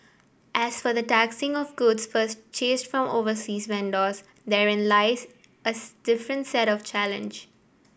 as for the taxing of goods purchased from overseas vendors therein lies different set of challenge